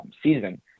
season